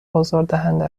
آزاردهنده